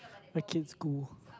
my kids go